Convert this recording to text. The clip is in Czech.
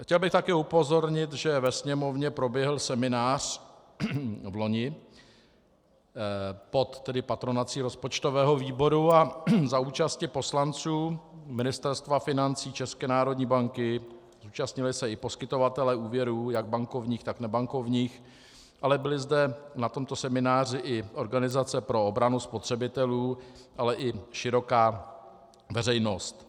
Chtěl bych také upozornit, že ve Sněmovně vloni proběhl seminář pod patronací rozpočtového výboru a za účasti poslanců, Ministerstva financí, České národní banky, účastnili se i poskytovatelé úvěrů jak bankovních, tak nebankovních, ale byly zde na tomto semináři i organizace pro obranu spotřebitelů, ale i široká veřejnost.